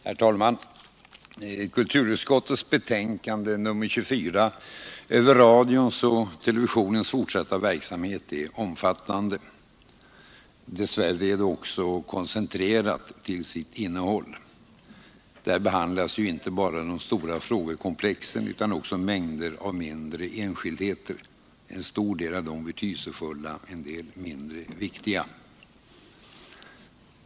Herr talman! Kulturutskottets betänkande nr 24 över radions och televisionens fortsatta verksamhet är omfattande. Dess värre är det också koncentrerat till sitt innehåll. Där behandlas inte bara de stora frågekomplexen utan också mängder av mindre enskildheter — en stor del av dem betydelsefulla, en del mindre viktiga.